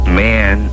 man